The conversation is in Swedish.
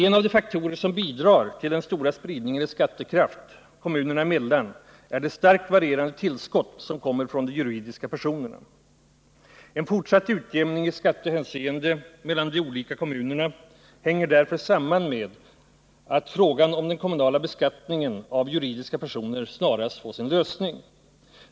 En av de faktorer som bidrar till den stora spridningen i skattekraft kommunerna emellan är det starkt varierande tillskott som kommer från de juridiska personerna. En fortsatt utjämning i skattehänseende mellan de olika kommunerna hänger därför samman med att frågan om den kommunala beskattningen av juridiska personer snarast får en lösning.